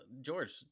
george